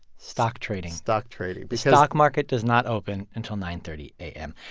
stock trading stock trading. because. stock market does not open until nine thirty a m.